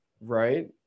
right